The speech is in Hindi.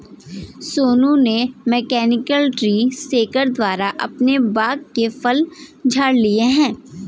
सोनू ने मैकेनिकल ट्री शेकर द्वारा अपने बाग के फल झाड़ लिए है